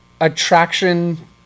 attraction